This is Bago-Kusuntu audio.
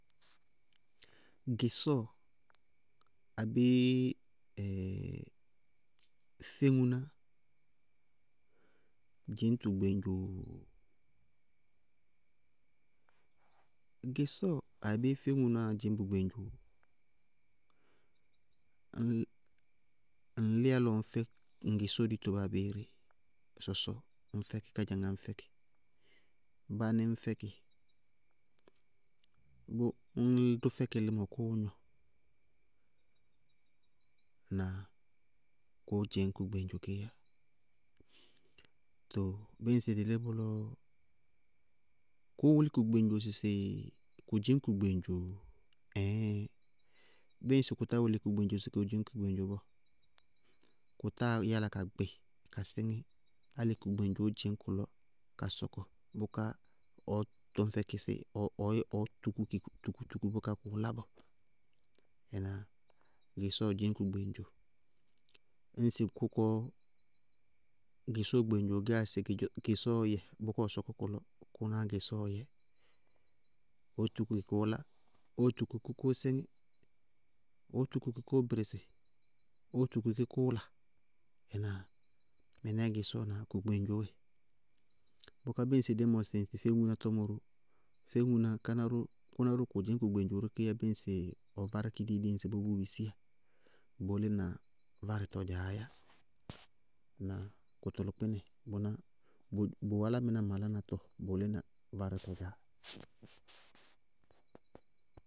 Gɩsɔɔ abéé féŋuná dzɩñ tʋ gbeŋdzoo? Gɩsɔɔ abéé féŋunáá dzɩñ bʋ gbeŋdzoo? Ŋŋ ŋŋ lɩyá lɔ ŋñ fɛ ŋ gɩsɔɔ dito báa abéeré, sɔsɔ ŋñ fɛ kɩ, kadzŋá ŋñ fɛ kɩ, báánɩ ŋñ fɛkɩ, bʋʋ ññ dʋ fɛkɩ lɩmɔ kʋʋ gnɔ. Ŋnáa? Kʋʋ dzɩñ kʋ gbeŋdzo kééyá. Kʋʋ wʋlɩ kʋ gbeŋdzo sɩ sɩ kʋ dzɩñ kʋ gbeŋdzoo? Ɛɛɩnn. Bɩɩ kʋ tá wʋlɩ kʋ gbeŋdzo sɩ kʋ dzɩñ kʋ gbeŋdzoo bɔɔ, kʋ táa yála ka gbɩ, ka sɩŋɩ álɩ kʋ gbeŋdzoó dzɩñ kʋlɔ ka sɔkɔ bʋká ɔɔ tɔñ fɛkɩ sɩ, ɔɔ tukú kɩ tukutuku bʋkubʋʋ lá bɔɔ. Ŋnáa? Gɩsɔɔ dzɩñ kʋ gbeŋdzoo. Ñŋsɩ jʋkɔɔ gɩsɔɔ gbeŋdzoo gɛyá sɩ gɩsɔɔɔ yɛ, bʋká ɔ sɔkɔ kʋlɔ, kʋnáá gɩsɔɔɔ yɛ. Ɔɔ tukú kɩ kʋʋ lá, ɔɔ tukú kɩ kʋʋ sɩŋɩ, ɔɔ tukú kɩ kʋʋ bɩrɩsɩ, ɔɔ tukú kɩ kʋʋ la. Ŋnáa? Mɩnɛɛ gɩsɔɔ na kʋ gbeŋdzoó dzɛ. Bʋká bɩɩ ŋsɩ dɩ mʋsɩ féŋuná tɔmɔ ró, féŋuná káná ró kʋná ró, kʋ dzɩñ kʋ gbeŋdzoo ró kééyá bɩɩ ŋsɩ ɔ várɩ kɩ deyi deyi ŋsɩbɔɔ bʋ bisiyá, bʋʋ lɩna varɩtɔ dzaáá yá, ŋnáa? Kʋtʋlʋkpɩnɛ bʋ álámɩná malánatɔ, bʋʋ lɩna bʋ varɩtɔ dzaá.